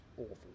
awful